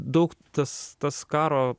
daug tas tas karo